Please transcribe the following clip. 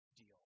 deal